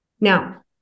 Now